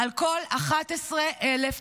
על כל 11,000 תושבים.